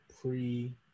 pre